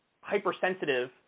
hypersensitive